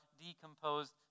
decomposed